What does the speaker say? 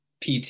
PT